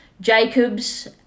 Jacobs